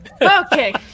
Okay